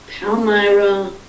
Palmyra